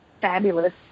fabulous